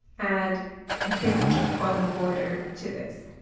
add a thick bottom border to this.